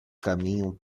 caminham